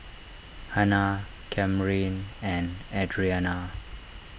Hanna Camryn and Adriana